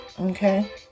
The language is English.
okay